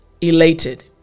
elated